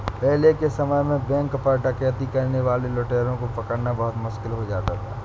पहले के समय में बैंक पर डकैती करने वाले लुटेरों को पकड़ना बहुत मुश्किल हो जाता था